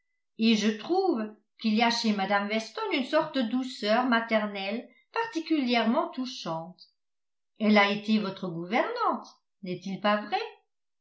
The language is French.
et je trouve qu'il y a chez mme weston une sorte de douceur maternelle particulièrement touchante elle a été votre gouvernante n'est-il pas vrai